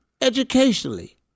educationally